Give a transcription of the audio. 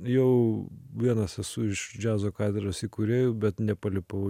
jau vienas esu iš džiazo katedros įkūrėjų bet nepalipau